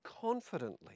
confidently